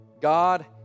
God